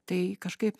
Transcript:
tai kažkaip